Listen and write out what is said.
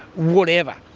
whatever.